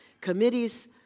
committees